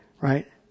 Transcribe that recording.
right